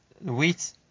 wheat